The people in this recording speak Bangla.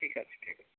ঠিক আছে ঠিক আছে